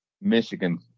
Michigan